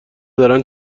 دارن